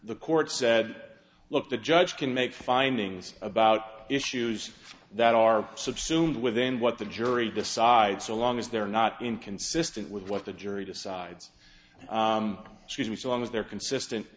the court said look the judge can make findings about issues that are subsumed within what the jury decides so long as they're not inconsistent with what the jury decides to do so long as they're consistent